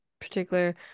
particular